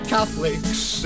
Catholics